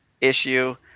issue